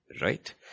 right